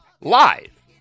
live